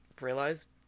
realized